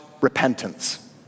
repentance